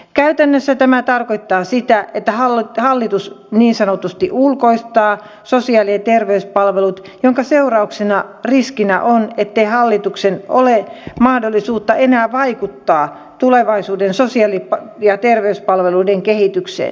käytännössä tämä tarkoittaa sitä että hallitus niin sanotusti ulkoistaa sosiaali ja terveyspalvelut minkä seurauksena riskinä on ettei hallituksella ole mahdollisuutta enää vaikuttaa tulevaisuuden sosiaali ja terveyspalveluiden kehitykseen